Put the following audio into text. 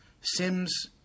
Sims